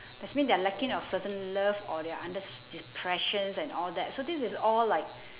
that's mean they're lacking of certain love or they're under st~ depressions and all that so this is all like